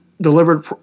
delivered